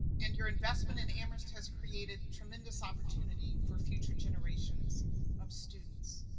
and your investment in amherst has created tremendous opportunity for future generations of students.